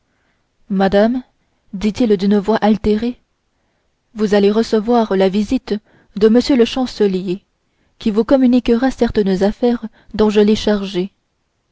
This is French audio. madame dit-il d'une voix altérée vous allez recevoir la visite de m le chancelier qui vous communiquera certaines affaires dont je l'ai chargé